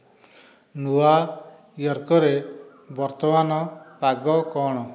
ନ୍ୟୁୟର୍କରେ ବର୍ତ୍ତମାନ ପାଗ କ'ଣ